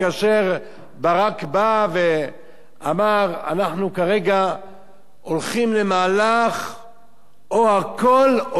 ברק בא ואמר: אנחנו כרגע הולכים למהלך של או הכול או לא,